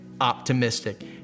optimistic